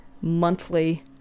monthly